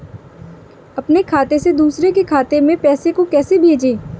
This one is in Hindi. अपने खाते से दूसरे के खाते में पैसे को कैसे भेजे?